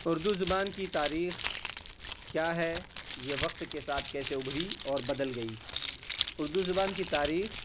اردو زبان کی تاریخ کیا ہے یہ وقت کے ساتھ کیسے ابھری اور بدل گئی اردو زبان کی تاریخ